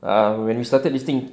when we started listing